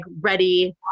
ready